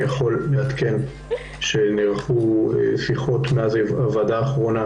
אני יכול לעדכן שנערכו שיחות מאז הוועדה האחרונה.